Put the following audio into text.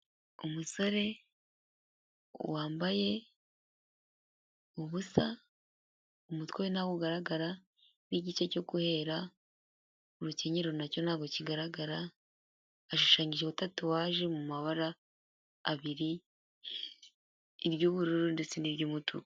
Umusore wambaye ubusa umutwe we ntabwo ugaragara n'igice cyo guhera mu rukenyero nacyo ntabwo kigaragara, ashushanyijeho tatuwaje mu mabara abiri, iry'ubururu ndetse n'iry'umutuku.